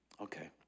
Okay